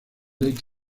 lake